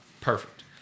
perfect